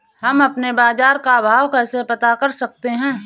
हम अपने बाजार का भाव कैसे पता कर सकते है?